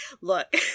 look